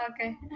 Okay